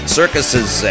circuses